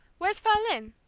where's fraulein?